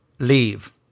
Leave